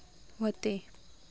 व्हते